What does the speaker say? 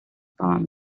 palms